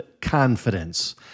confidence